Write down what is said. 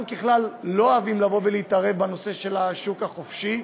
אנחנו ככלל לא אוהבים לבוא ולהתערב בנושא של השוק החופשי,